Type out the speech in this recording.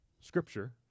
Scripture